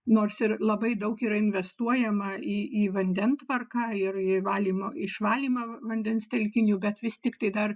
nors ir labai daug yra investuojama į į vandentvarką ir valymo išvalymą vandens telkinių bet vis tiktai dar